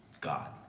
god